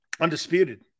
Undisputed